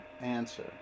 answer